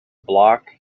bloc